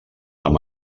amb